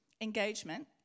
Engagement